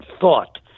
thought